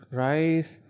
rice